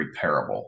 repairable